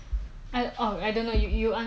wee